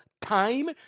time